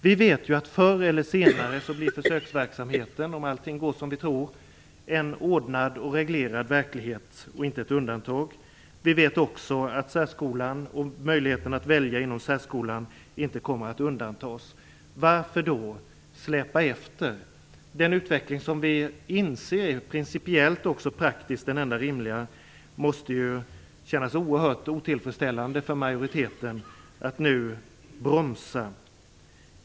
Vi vet ju att förr eller senare blir försöksverksamheten, om allt går som vi tror, en ordnad och reglerad verklighet och inte ett undantag. Vi vet också att särskolan och möjligheten att välja inom särskolan inte kommer att undantas. Varför då släpa efter den utveckling som vi inser är den enda rimliga både principiellt och praktiskt? Det måste kännas oerhört otillfredsställande för majoriteten att bromsa nu.